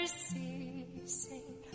ceasing